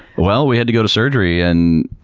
well, we had to go to surgery and